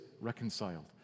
reconciled